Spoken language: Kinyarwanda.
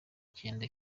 icyenda